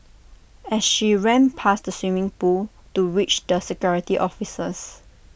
as she ran past the swimming pool to reach the security officers